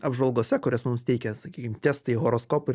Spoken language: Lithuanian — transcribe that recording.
apžvalgose kurias mums teikia sakykim testai horoskopai